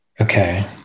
Okay